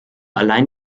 allein